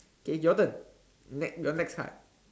K your turn next your next card